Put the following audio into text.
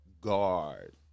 guard